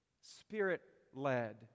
Spirit-led